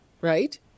Right